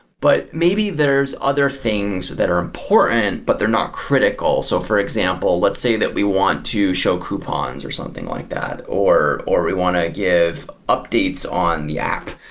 but maybe there're other things that are important, but they're not critical. so for example, let's say that we want to show coupons or something like that, or or we want to give updates on the app,